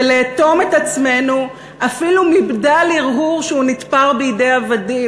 ולאטום את עצמנו אפילו מבדל הרהור שהוא נתפר בידי עבדים.